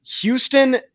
Houston